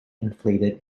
inflated